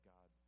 God